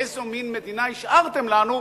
איזה מין מדינה השארתם לנו,